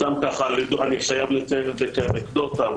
אני חייב לציין את זה כאנקדוטה.